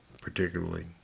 Particularly